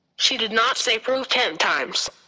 she did not say prove ten times.